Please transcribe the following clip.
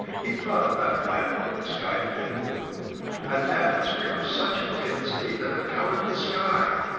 he thought of that planet where the sky had been blue an atmosphere of such intensity that it colored the sky!